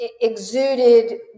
exuded